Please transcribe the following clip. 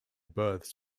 berths